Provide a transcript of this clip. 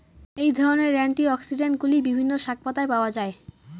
এই ধরনের অ্যান্টিঅক্সিড্যান্টগুলি বিভিন্ন শাকপাতায় পাওয়া য়ায়